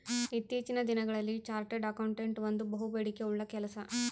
ಇತ್ತೀಚಿನ ದಿನಗಳಲ್ಲಿ chartered accountant ಒಂದು ಬಹುಬೇಡಿಕೆ ಉಳ್ಳ ಕೆಲಸ